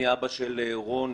אני אבא של רון,